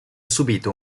subito